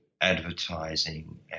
advertising